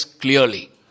clearly